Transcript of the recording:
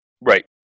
Right